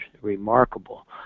remarkable